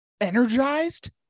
energized